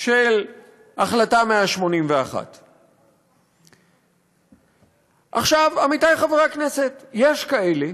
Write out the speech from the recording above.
של החלטה 181. עכשיו, עמיתי חברי הכנסת, יש כאלה